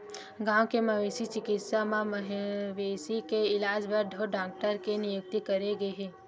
गाँव के मवेशी चिकित्सा म मवेशी के इलाज बर ढ़ोर डॉक्टर के नियुक्ति करे गे हे